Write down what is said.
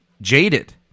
jaded